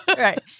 Right